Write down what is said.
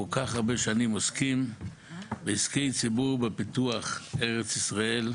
שכל כך הרבה שנים עוסקים בעסקי ציבור בפיתוח ארץ ישראל,